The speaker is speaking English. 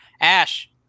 Ash